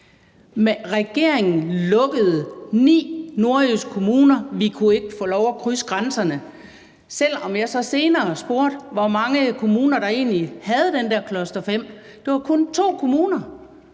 regeringen lukkede ni nordjyske kommuner. Vi kunne ikke få lov til at krydse grænserne. Jeg spurgte senere, hvor mange kommuner der egentlig havde den der cluster-5-variant – det var kun to kommuner.